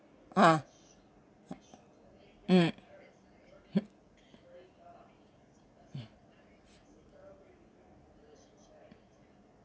uh mm hmm mm